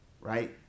right